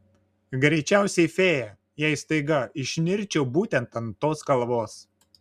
greičiausiai fėja jei staiga išnirčiau būtent ant tos kalvos